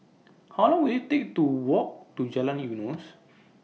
How Long Will IT Take to Walk to Jalan Eunos